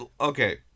Okay